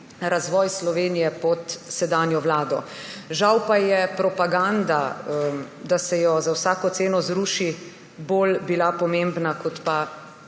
razvoj Slovenije pod sedanjo vlado. Žal pa je bila propaganda, da se jo za vsako ceno zruši, bolj pomembna kot